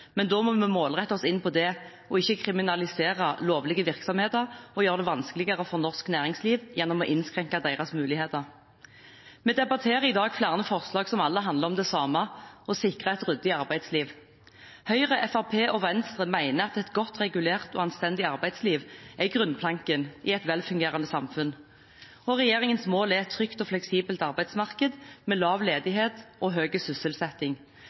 Men da må vi målrette oss inn mot det, ikke kriminalisere lovlige virksomheter og gjøre det vanskeligere for norsk næringsliv gjennom å innskrenke deres muligheter. Vi debatterer i dag flere forslag som alle handler om det samme, å sikre et ryddig arbeidsliv. Høyre, Fremskrittspartiet og Venstre mener at et godt regulert og anstendig arbeidsliv er grunnplanken i et velfungerende samfunn. Regjeringens mål er et trygt og fleksibelt arbeidsmarked med lav ledighet og høy sysselsetting.